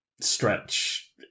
stretch